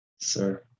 Sir